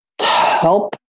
help